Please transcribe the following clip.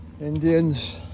Indians